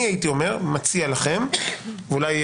אני הייתי מציע לכם לכתוב: